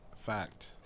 Fact